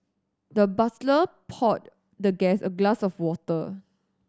the butler poured the guest a glass of water